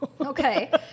okay